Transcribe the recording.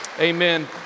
Amen